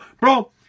Bro